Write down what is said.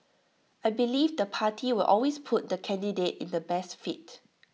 I believe the party will always put the candidate in the best fit